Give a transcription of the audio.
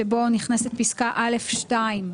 שבו נכנסת פסקה (א2),